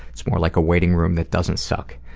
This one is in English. it's more like a waiting room that doesn't suck.